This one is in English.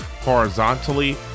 horizontally